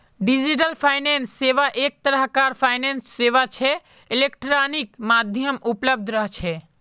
digital finance सेवा एक तरह कार फाइनेंस सेवा छे इलेक्ट्रॉनिक माध्यमत उपलब्ध रह छे